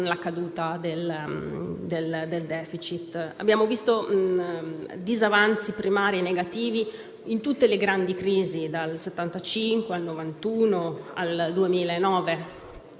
l'andamento del *deficit*. Abbiamo visto disavanzi primari negativi in tutte le grandi crisi dal 1975, al 1991, fino al 2009,